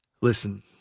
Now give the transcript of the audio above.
Listen